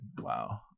wow